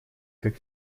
как